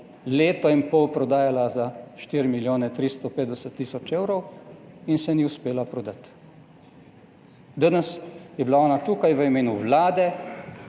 leto in pol prodajala za 4 milijone 350 tisoč evrov in se ni uspela prodati. Danes je bila ona tukaj v imenu Vlade.